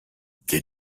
they